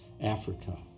Africa